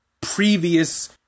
previous